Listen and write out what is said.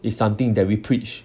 it's something that we preach